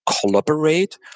collaborate